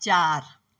चारि